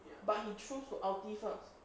but he chose to ulti first